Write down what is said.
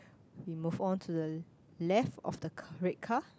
we move on to the left of the car red car